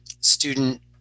student